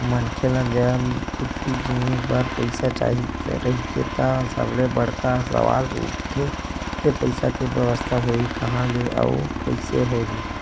मनखे ल जब कुछु जिनिस बर पइसा चाही रहिथे त सबले बड़का सवाल उठथे के पइसा के बेवस्था होही काँहा ले अउ कइसे होही